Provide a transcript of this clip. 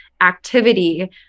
activity